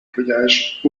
voyages